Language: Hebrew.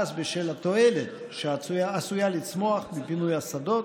אז בשל התועלת שעשויה לצמוח מפינוי השדות